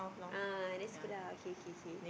ah okays good lah okay okay okay